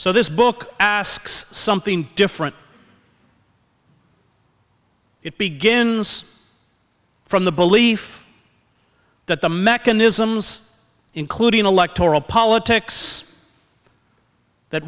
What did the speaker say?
so this book asks something different it begins from the belief that the mechanisms including electoral politics that